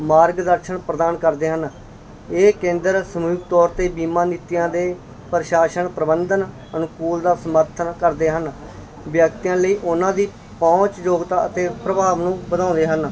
ਮਾਰਗਦਰਸ਼ਨ ਪ੍ਰਦਾਨ ਕਰਦੇ ਹਨ ਇਹ ਕੇਂਦਰ ਸਮੂਹਿਕ ਤੌਰ 'ਤੇ ਬੀਮਾ ਨੀਤੀਆਂ ਦੇ ਪ੍ਰਸ਼ਾਸਨ ਪ੍ਰਬੰਧਨ ਅਨੁਕੂਲ ਦਾ ਸਮਰਥਨ ਕਰਦੇ ਹਨ ਵਿਅਕਤੀਆਂ ਲਈ ਉਹਨਾਂ ਦੀ ਪਹੁੰਚ ਯੋਗਤਾ ਅਤੇ ਪ੍ਰਭਾਵ ਨੂੰ ਵਧਾਉਂਦੇ ਹਨ